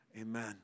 Amen